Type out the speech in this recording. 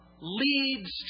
leads